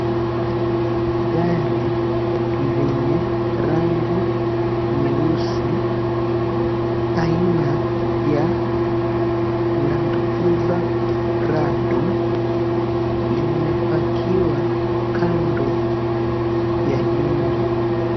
Gari lenye rangi nyeusi aina ya Landcruiser Prado limepakiwa kando ya nyumba.